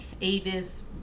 Avis